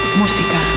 música